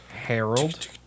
Harold